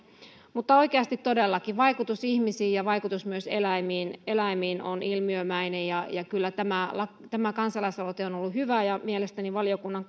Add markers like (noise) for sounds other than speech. mutta oikeasti todellakin vaikutus ihmisiin ja vaikutus myös eläimiin eläimiin on ilmiömäinen ja ja kyllä tämä kansalaisaloite on ollut hyvä ja mielestäni myös valiokunnan (unintelligible)